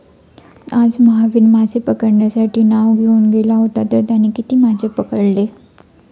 आज महावीर मासे पकडण्यासाठी नाव घेऊन गेला होता तर त्याने किती मासे पकडले?